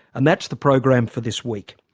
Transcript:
and that's the program for this week.